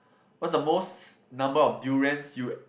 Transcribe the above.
what's the most number of durians you